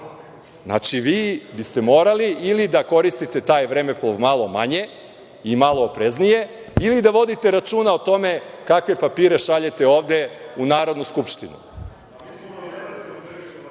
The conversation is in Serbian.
Znači, vi ste morali ili da koristite taj vremeplov malo manje i malo opreznije ili da vodite računa o tome kakve papire šaljete ovde u Narodnu skupštinu. Pa,